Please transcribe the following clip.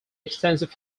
extensive